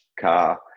car